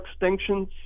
extinctions